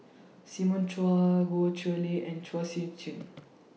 Simon Chua Goh Chiew Lye and Chua Sian Chin